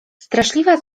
straszliwa